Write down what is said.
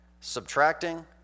subtracting